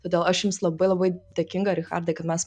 todėl aš jums labai labai dėkinga richardai kad mes